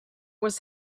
was